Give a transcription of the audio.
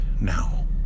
Now